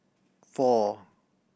four